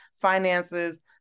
finances